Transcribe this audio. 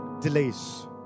delays